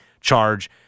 charge